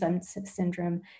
syndrome